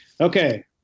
Okay